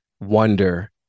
wonder